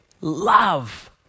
love